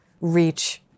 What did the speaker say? reach